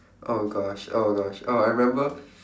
oh gosh oh gosh oh I remember